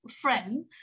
friend